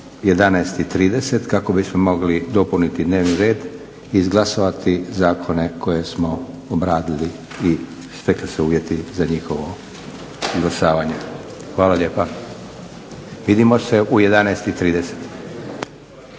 11,30 kako bismo mogli dopuniti dnevni red i izglasati zakone koje smo obradili i stekli se uvjeti za njihovo izglasavanje. Hvala lijepa. Vidimo se u 11,30.